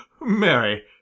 Mary